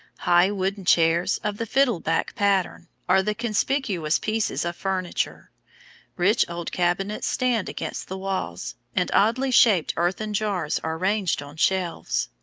high wooden chairs, of the fiddle-back pattern, are the conspicuous pieces of furniture rich old cabinets stand against the walls, and oddly shaped earthern jars are ranged on shelves.